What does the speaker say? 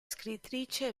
scrittrice